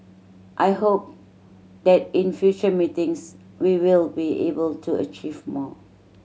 I hope that in future meetings we will be able to achieve more